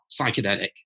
psychedelic